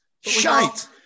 Shite